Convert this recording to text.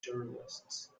journalists